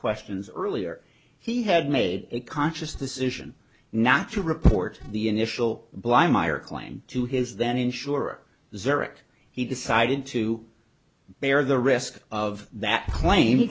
questions earlier he had made a conscious decision not to report the initial bly meyer claim to his then insurer zurich he decided to bear the risk of that cla